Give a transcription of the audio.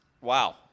Wow